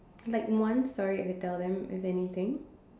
like one story I would tell them as anything